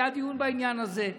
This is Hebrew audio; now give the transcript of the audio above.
היה דיון בעניין הזה.